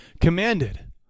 commanded